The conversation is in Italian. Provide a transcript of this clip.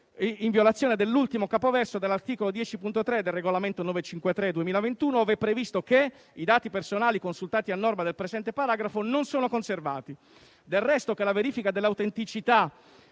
in violazione dell'ultimo capoverso dell'articolo 10, comma 3, del regolamento UE 953/2021, ove previsto che: «I dati personali consultati a norma del presente paragrafo non sono conservati». Del resto, che la verifica dell'autenticità